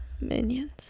minions